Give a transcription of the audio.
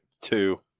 two